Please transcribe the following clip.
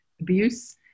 abuse